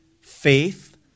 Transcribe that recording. Faith